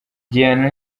gihano